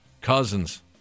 Cousins